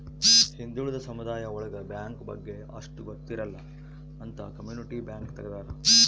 ಹಿಂದುಳಿದ ಸಮುದಾಯ ಒಳಗ ಬ್ಯಾಂಕ್ ಬಗ್ಗೆ ಅಷ್ಟ್ ಗೊತ್ತಿರಲ್ಲ ಅಂತ ಕಮ್ಯುನಿಟಿ ಬ್ಯಾಂಕ್ ತಗ್ದಾರ